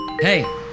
hey